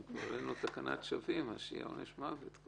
אם כבר אין לנו תקנת שבים, שיהיה עונש מוות.